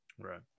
Right